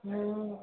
हुँ